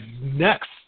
next